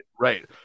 Right